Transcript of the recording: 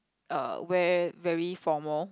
err wear very formal